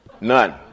None